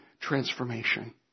transformation